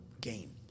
game